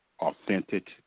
authentic